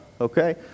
Okay